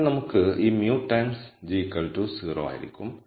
അതിനാൽ നമുക്ക് ഈ μ ടൈംസ് g 0 ആയിരിക്കും